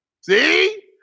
See